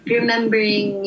remembering